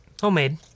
Homemade